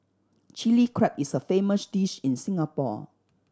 Chilli Crab is a famous dish in Singapore